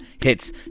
hits